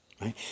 right